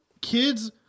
kids